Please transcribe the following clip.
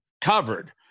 covered